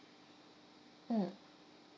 mm